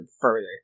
further